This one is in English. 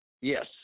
Yes